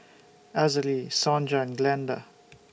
Azalee Sonja and Glenda